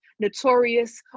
Notorious